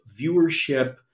viewership